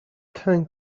ten